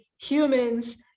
humans